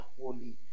Holy